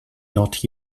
not